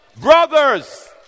Brothers